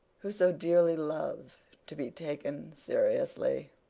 who so dearly love to be taken seriously.